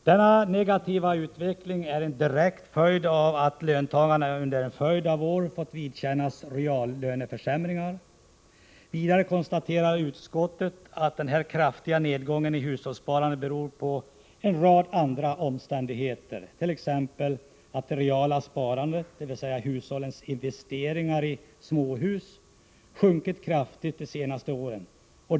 Denna negativa utveckling är en direkt följd av att löntagarna under en följd av år har fått vidkännas reallöneförsämringar. Vidare konstaterar utskottet att den här kraftiga nedgången i hushållssparandet också beror på en rad andra omständigheter, t.ex. att det reala sparandet, bl.a. hushållens investeringar i småhus, har sjunkit kraftigt under de senaste åren.